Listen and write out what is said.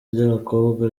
ry’abakobwa